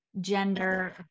gender